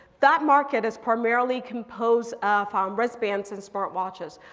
that market is primarily composed of um wristbands and smart watches.